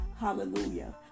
Hallelujah